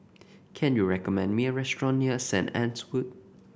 can you recommend me a restaurant near Saint Anne's Wood